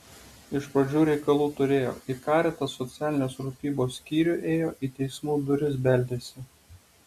iš pradžių reikalų turėjo į caritas socialinės rūpybos skyrių ėjo į teismų duris beldėsi